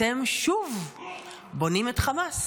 אתם שוב בונים את חמאס.